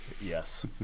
Yes